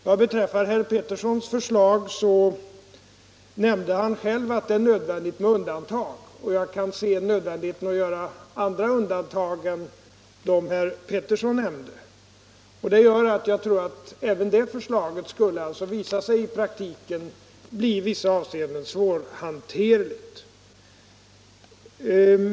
Vad beträffar herr Petterssons i Lund förslag nämnde han själv att det är nödvändigt med undantag, och jag kan se nödvändigheten av att göra också andra undantag än de herr Pettersson räknade upp. Detta medför att jag tror att även det förslaget skulle visa sig i praktiken bli i vissa avseenden svårhanterligt.